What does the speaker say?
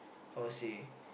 how to say